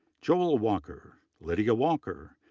joel walker, lydia walker,